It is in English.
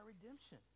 redemption